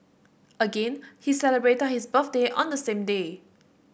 again he celebrated his birthday on the same day